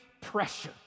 pressure